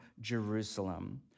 Jerusalem